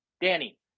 Danny